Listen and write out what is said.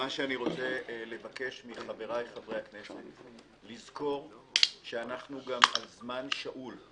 אני רוצה לבקש מחבריי חברי הכנסת לזכור שאנחנו גם על זמן שאול.